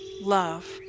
love